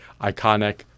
iconic